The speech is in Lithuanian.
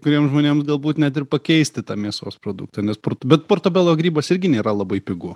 kuriem žmonėms galbūt net ir pakeisti tą mėsos produktą nes bet portabelo grybas irgi nėra labai pigu